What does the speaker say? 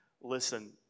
Listen